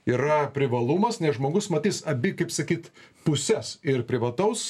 yra privalumas nes žmogus matys abi kaip sakyt puses ir privataus